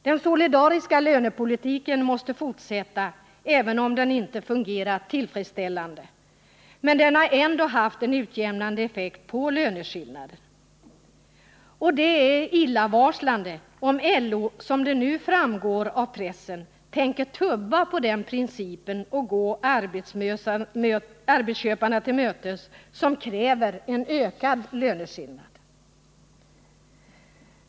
Den solidariska lönepolitiken måste fortsätta, även om den inte har fungerat tillfredsställande. Den har ändå haft en utjämnande effekt på löneskillnaderna. Det är illavarslande om LO, som det nu förefaller av pressen, tänker tubba på den principen och tillmötesgå arbetsköparna, som kräver en ökad löneskillnad.